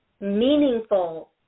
meaningful